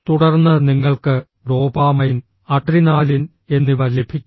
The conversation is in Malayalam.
തുടർന്ന് നിങ്ങൾക്ക് ഡോപാമൈൻ അഡ്രിനാലിൻ എന്നിവ ലഭിക്കും